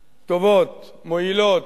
טובות, מועילות,